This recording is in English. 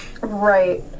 Right